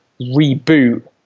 reboot